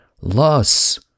loss